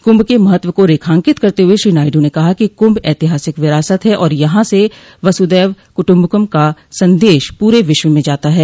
कुंभ के महत्व को रेखांकित करते हुए श्री नायडू ने कहा कि कुंभ ऐतिहासिक विरासत है और यहां से वसुधैव कुटुंबकम का संदेश पूरे विश्व में जाता है